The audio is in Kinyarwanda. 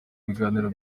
biganiro